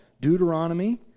Deuteronomy